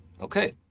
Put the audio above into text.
Okay